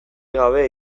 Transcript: gabe